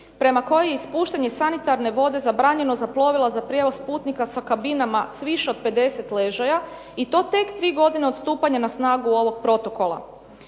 prema kojoj je ispuštanje sanitarne vode zabranjeno za plovila za prijevoz putnika sa kabinama sa više od 50 ležaja i to tek tri godine od stupanja na snagu ovog protokola.